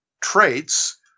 traits